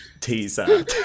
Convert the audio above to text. teaser